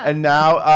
ah now.